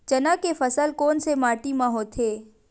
चना के फसल कोन से माटी मा होथे?